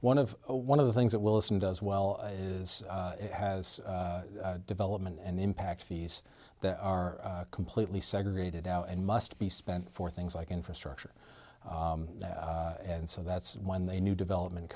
one of one of the things that wilson does well is has development and impact fees that are completely segregated out and must be spent for things like infrastructure and so that's when the new development